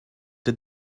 did